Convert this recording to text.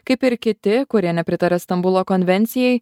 kaip ir kiti kurie nepritaria stambulo konvencijai